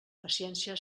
paciència